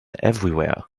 everywhere